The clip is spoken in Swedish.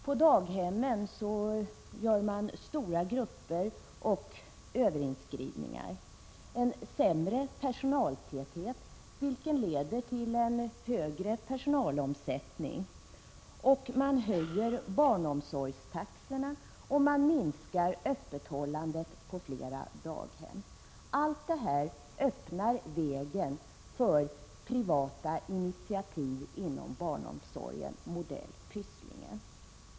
På daghemmen gör man stora grupper och överinskriver. En lägre personaltäthet leder till högre personalomsättning. Man höjer barnomsorgstaxorna och minskar öppethållandet på flera daghem. Allt detta öppnar vägen för privata initiativ inom barnomsorgen, modell Pysslingen.